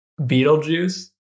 Beetlejuice